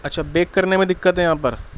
اچھا بیک کرنے میں دقت ہے یہاں پر